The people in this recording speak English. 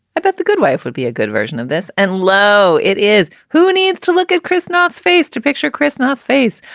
but the good wife would be a good version of this and lo it is. who needs to look at chris knot's face to picture? chris not face,